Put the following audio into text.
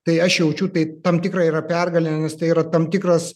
tai aš jaučiu tai tam tikra yra pergalė nes tai yra tam tikras